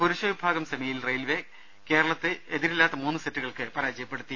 പുരുഷവിഭാഗം സെമിയിൽ റെയിൽവെ കേരളത്തെ എതിരില്ലാത്ത മൂന്ന് സെറ്റുകൾക്ക് പരാ ജയപ്പെടുത്തി